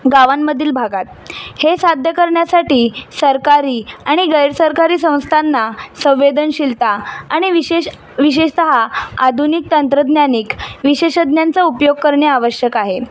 गावांमधील भागात हे साध्य करण्यासाठी सरकारी आणि गैरसरकारी संस्थांना संवेदनशीलता आणि विशेष विशेषतः आधुनिक तंत्रज्ञानिक विशेषज्ञांचा उपयोग करणे आवश्यक आहे